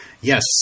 Yes